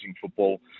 football